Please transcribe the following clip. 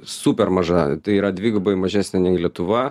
super maža tai yra dvigubai mažesnė nei lietuva